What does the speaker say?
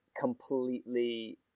completely